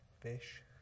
fish